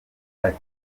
ati